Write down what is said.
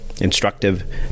instructive